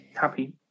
happy